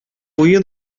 буе